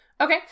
okay